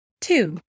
Two